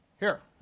here.